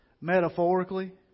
metaphorically